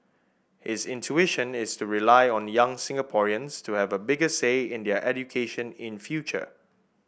his intuition is to rely on young Singaporeans to have a bigger say in their education in future